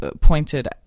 pointed